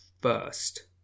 first